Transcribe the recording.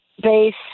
Base